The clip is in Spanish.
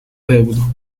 feudo